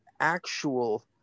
actual